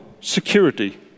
security